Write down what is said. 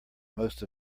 most